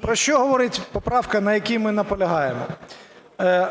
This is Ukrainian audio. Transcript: про що говорить поправка, на якій ми наполягаємо?